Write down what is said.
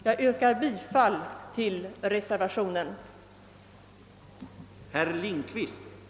Jag yrkar bifall till reservationen vid punkt 1 av fru Hultell m.fl.